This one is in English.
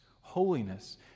holiness